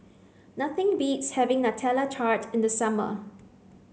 nothing beats having nutella tart in the summer